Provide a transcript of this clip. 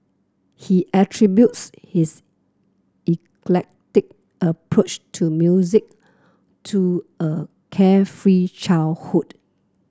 he attributes his eclectic approach to music to a carefree childhood